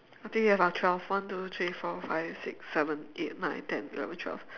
I think we have our twelve one two three four five six seven eight nine ten eleven twelve